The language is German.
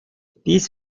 dies